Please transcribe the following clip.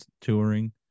touring